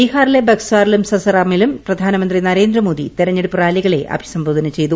ബീഹാറിലെ ബക്സാറിലും സസറാമിലും പ്രധാനമന്ത്രി നരേന്ദ്രമോദി തെരഞ്ഞെടുപ്പ് റാലികളെ അഭിസംബോധന ചെയ്തു